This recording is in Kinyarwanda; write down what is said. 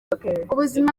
ubuzima